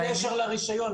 אין קשר לרישיון.